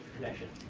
connection.